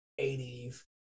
80s